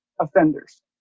offenders